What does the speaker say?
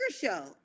Show